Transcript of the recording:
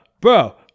bro